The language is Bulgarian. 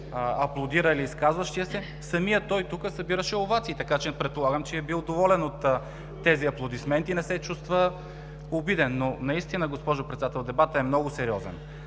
аплодирали изказващия се, самият той тук събираше овации. Така че предполагам, че е бил доволен от тези аплодисменти и не се чувства обиден. Госпожо Председател, наистина дебатът е много сериозен.